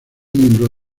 miembro